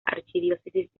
archidiócesis